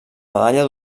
medalla